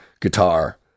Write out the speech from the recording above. guitar